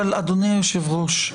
אדוני היושב-ראש,